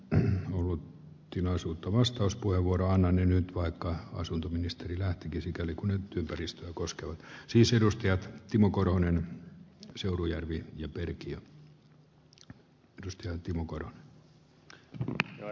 en ollut tilaisuutta vastauspuheenvuoroanainen vaikka asuntoministeri lähtikin sikäli kun ympäristöä koskevat siis edustaja timo korhonen seurujärvi ja pyrkiä edusti timo korva arvoisa puhemies